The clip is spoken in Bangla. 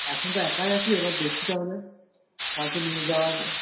এখন তো একাই আছি এবার দেখি তাহলে কাউকে নিয়ে যাওয়া